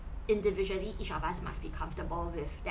individually each of us must be comfortable with that